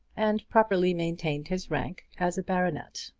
and properly maintained his rank as a baronet.